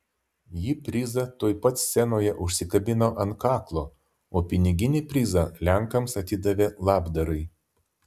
ji prizą tuoj pat scenoje užsikabino ant kaklo o piniginį prizą lenkams atidavė labdarai